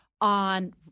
on